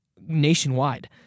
nationwide